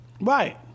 Right